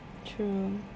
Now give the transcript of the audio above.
true